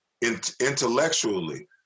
intellectually